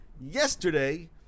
yesterday